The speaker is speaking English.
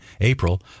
April